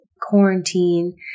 quarantine